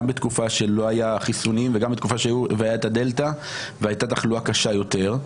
גם בתקופה שלא היה חיסונים והיה את הדלתא והייתה תחלואה קשה יותר.